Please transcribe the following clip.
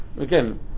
again